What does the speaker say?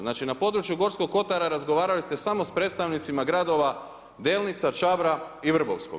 Znači na području Gorskog Kotara razgovarali ste samo s predstavnicima gradova Delnica, Čabra i Vrbovskog.